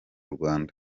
rwanda